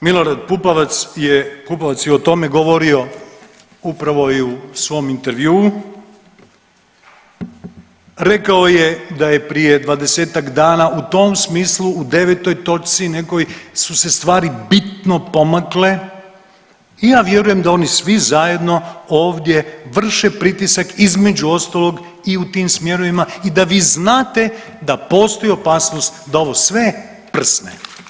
Milorad Pupovac je o tome govorio upravo i u svom intervjuu, rekao je da je prije 20-ak dana u tom smislu u 9. točci nekoj su se stvari bitno pomakle i ja vjerujem da oni svi zajedno ovdje vrše pritisak, između ostalog i u tim smjerovima i da vi znate da postoji opasnost da ovo sve prsne.